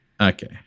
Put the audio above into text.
Okay